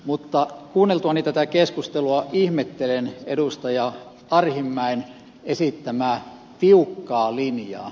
mutta kuunneltuani tätä keskustelua ihmettelen edustaja arhinmäen esittämää tiukkaa linjaa